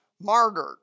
martyred